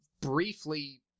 Briefly